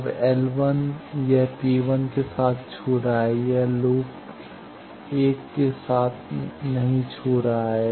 अब L यह P1 के साथ छू रहा है यह लूप 1 के साथ नहीं छू रहा है